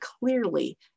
clearly